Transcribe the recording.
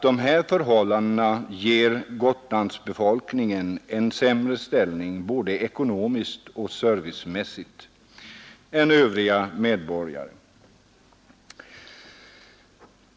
Detta ger Gotlandsbefolkningen både ekonomiskt och servicemässigt en sämre ställning än övriga medborgare.